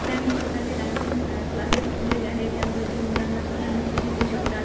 की त्यांनी स्वतःचे डान्सिंग क्लासेस खोललेले आहे त्यामुळे ते मुलांनासुद्धा नृत्य शिकवू शकतात